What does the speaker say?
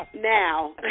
Now